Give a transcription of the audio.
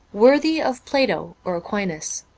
worthy of plato or aquinas.